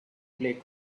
play